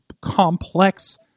complex